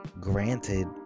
granted